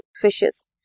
fishes